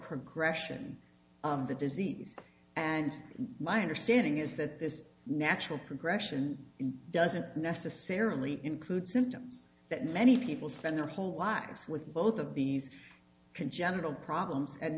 progression of the disease and my understanding is that this natural progression in doesn't necessarily include symptoms that many people spend their whole lives with both of these congenital problems and